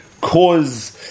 cause